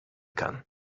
kann